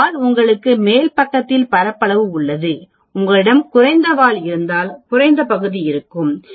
வால் உங்களுக்கு மேல் பக்கத்தில் பரப்பளவு உள்ளது உங்களிடம் குறைந்த வால் இருந்தால் குறைந்த பகுதி இருக்கும் வால்